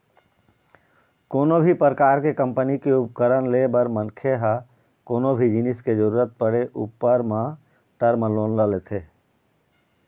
कोनो भी परकार के कंपनी के उपकरन ले बर मनखे ह कोनो भी जिनिस के जरुरत पड़े ऊपर म टर्म लोन ल लेथे